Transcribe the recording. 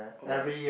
oh Expo